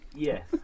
Yes